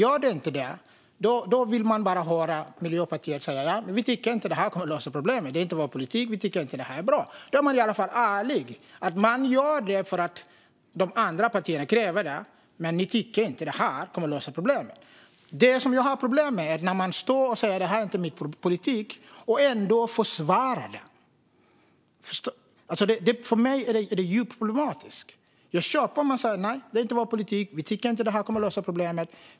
Om det inte gör det vill jag höra Miljöpartiet säga: Vi tror inte att det här kommer att lösa problemet, och det är inte vår politik. Vi tycker inte att det är bra. Det vore åtminstone ärligt. Man kan säga att man gör detta för att andra partier kräver det men att man själv inte tror att det löser problemet. Jag har problem med att man säger att det här inte är den egna politiken men ändå försvarar det hela. För mig är det djupt problematiskt. Jag köper det om man säger: Det här är inte vår politik. Vi tror inte att det kommer att lösa problemet.